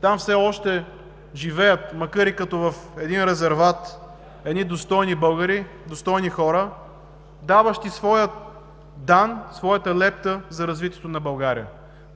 Там все още живеят, макар и като в един резерват, достойни българи, достойни хора, даващи своя дан, своята лепта за развитието на България.